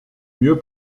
mieux